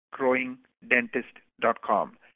GrowingDentist.com